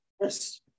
Yes